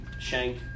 shank